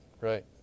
Right